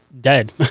dead